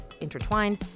intertwined